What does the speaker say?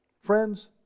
Friends